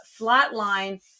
flatline